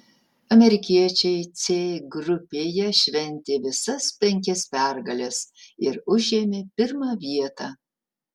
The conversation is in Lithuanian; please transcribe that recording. amerikiečiai c grupėje šventė visas penkias pergales ir užėmė pirmą vietą